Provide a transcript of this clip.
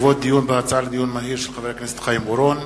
הצעתו של חבר הכנסת חיים אורון.